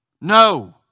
No